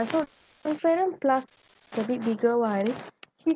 so transparent plastic a bit bigger [one] she